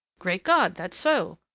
great god, that's so!